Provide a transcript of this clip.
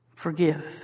Forgive